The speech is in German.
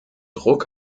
druck